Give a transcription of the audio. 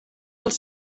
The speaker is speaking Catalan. els